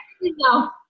no